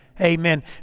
amen